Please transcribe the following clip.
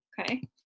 okay